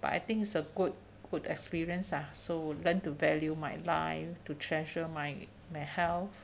but I think it's a good good experience ah so learn to value my life to treasure my my health